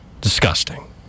disgusting